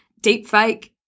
deepfake